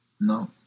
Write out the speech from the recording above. No